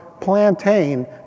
plantain